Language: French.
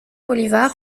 bolívar